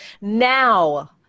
Now